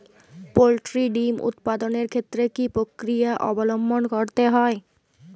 Poultry ডিম উৎপাদনের ক্ষেত্রে কি পক্রিয়া অবলম্বন করতে হয়?